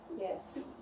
Yes